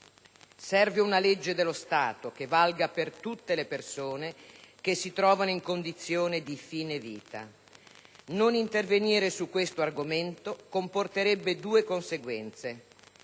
Serve una legge dello Stato che valga per tutte le persone che si trovano in condizione di fine vita. Non intervenire su questo argomento comporterebbe due conseguenze: